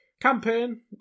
campaign